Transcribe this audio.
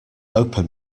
open